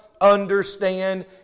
understand